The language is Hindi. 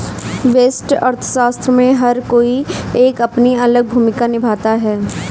व्यष्टि अर्थशास्त्र में हर कोई एक अपनी अलग भूमिका निभाता है